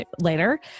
later